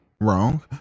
wrong